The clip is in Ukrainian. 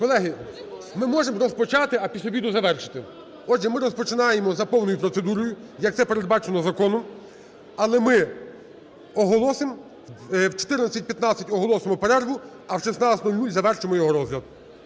Колеги, ми можемо розпочати, а після обіду завершити? Отже, ми розпочинаємо за повною процедурою, як це передбачено законом. Але ми оголосимо… о 14:15 оголосимо перерву, а о 16:00 завершимо його розгляд.